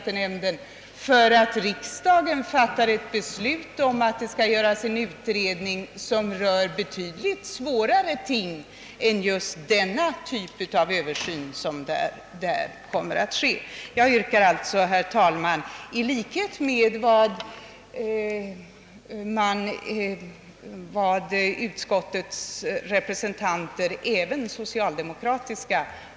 Den utredning som riksdagen skulle fatta beslut om rör betydligt svårare ting än de frågor som tas upp i riksskattenämndens översyn. Herr talman!